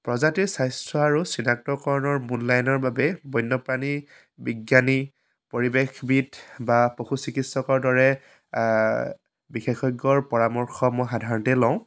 প্ৰজাতিৰ স্বাস্থ্য আৰু চিনাক্তকৰণৰ মূল্যায়নৰ বাবে বন্যপ্ৰাণী বিজ্ঞানী পৰিৱেশবিদ বা পশু চিকিৎসকৰ দৰে বিশেষজ্ঞৰ পৰামৰ্শ মই সাধাৰণতে লওঁ